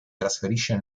trasferisce